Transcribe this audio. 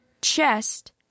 chest